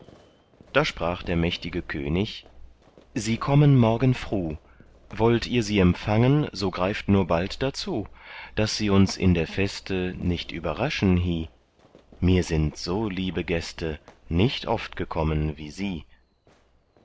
da sprach der mächtige könig sie kommen morgen fruh wollt ihr sie empfangen so greift nur bald dazu daß sie uns in der feste nicht überraschen hie mir sind so liebe gäste nicht oft gekommen wie sie